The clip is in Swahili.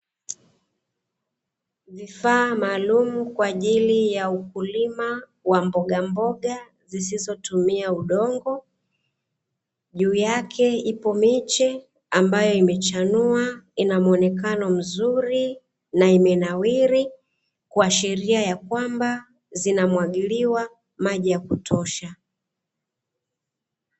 Vifaa maalumu kwa ajili ya ukulima wa mboga mboga zisizotumia udongo, juu yake iko miche iliyo chanua ikiwa imenawiri ikiwa ina ashiria kwamba zinamwagiliwa maji ya kutosha.